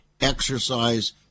exercise